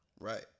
right